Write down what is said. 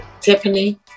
Tiffany